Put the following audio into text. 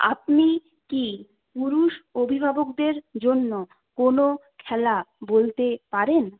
আপনি কি পুরুষ অভিভাবকদের জন্য কোনো খেলা বলতে পারেন